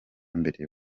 mbere